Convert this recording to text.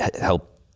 help